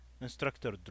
Instructor